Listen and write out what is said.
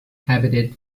habitat